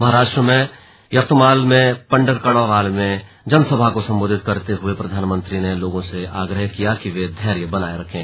महाराष्ट्र में यवतमाल के पंढर्कवाड़ा में एक जनसभा को सम्बोधित करते हुए प्रधानमंत्री ने लोगों से आग्रह किया कि वे धैर्य बनाये रखें